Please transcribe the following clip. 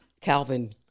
Calvin